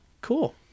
cool